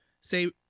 say